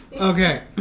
Okay